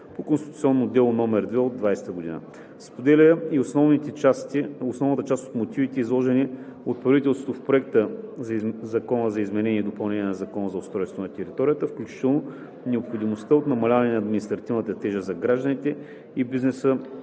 по конституционно дело № 2 от 2020 г. Споделя и основната част от мотивите, изложени от правителството в Проекта на Закон за изменение и допълнение на Закона за устройство на територията, включително необходимостта от намаляване на административната тежест за гражданите и бизнеса,